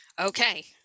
Okay